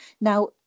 Now